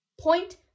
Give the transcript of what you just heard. point